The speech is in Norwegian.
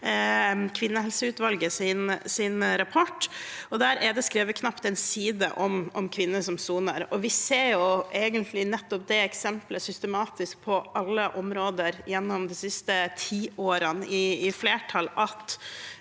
kvinnehelseutvalgets rapport. Der er det skrevet knapt én side om kvinner som soner. Vi har sett dette – systematisk og på alle områder – gjennom de siste tiårene, at